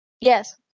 Yes